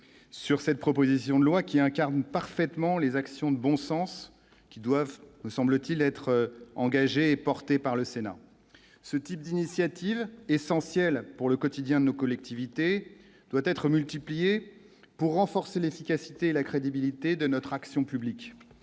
sur cette proposition de loi qui incarne parfaitement les actions de bon sens qui doivent, me semble-t-il, être porté par le Sénat, ce type d'initiative essentielle pour le quotidien de nos collectivités doit être multipliés pour renforcer l'efficacité et la crédibilité de notre action publique